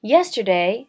Yesterday